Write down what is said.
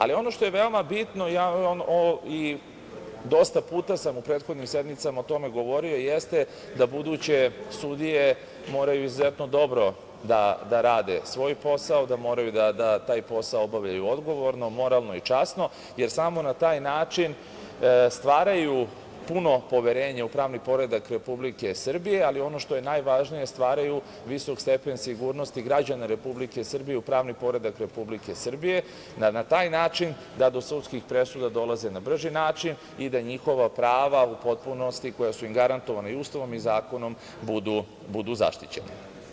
Ali, ono što je veoma bitno, dosta puta sam u prethodnim sednicama o tome govorio, jeste da buduće sudije moraju izuzetno dobro da rade svoj posao, da moraju da taj posao obavljaju odgovorno, moralno i časno, jer samo na taj način stvaraju puno poverenje u pravni poredak Republike Srbije, ali ono što je najvažnije stvaraju visok stepen sigurnosti građana Republike Srbije u pravni poredak Republike Srbije i da na taj način da do sudskih presuda dolaze na brži način i da njihova prava u potpunosti, koja su im garantovana i Ustavom i zakonom, budu zaštićena.